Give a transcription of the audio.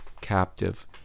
captive